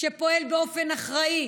שפועל באופן אחראי,